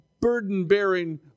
burden-bearing